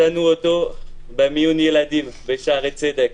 מצאנו אותו במיון ילדים בשערי צדק.